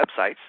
websites